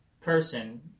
person